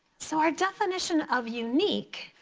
so our definition of unique